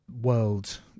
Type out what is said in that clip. world